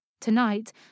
Tonight